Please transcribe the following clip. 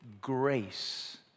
grace